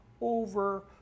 over